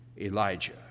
Elijah